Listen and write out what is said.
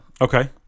okay